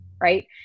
right